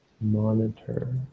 Monitor